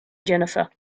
jennifer